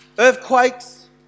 Earthquakes